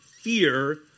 fear